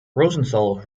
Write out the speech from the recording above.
rosenthal